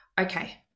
okay